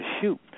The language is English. shoot